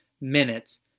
minutes